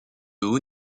haut